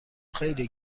خیلی